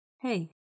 Hey